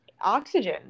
oxygen